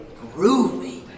groovy